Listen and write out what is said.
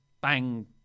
bang